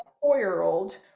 four-year-old